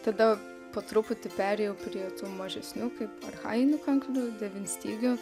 tada po truputį perėjau prie tų mažesnių kaip archajinių kankinių devynstygių